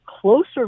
closer